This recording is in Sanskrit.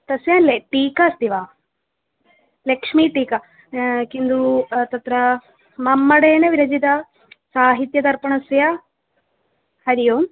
तस्य ले टीका अस्ति वा लक्ष्मीटीका किन्तु तत्र मम्मटेन विरचितस्य साहित्यदर्पणस्य हरिः ओम्